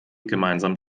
gemeinsam